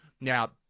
Now